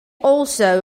also